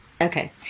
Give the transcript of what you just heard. Okay